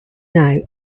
now